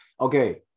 Okay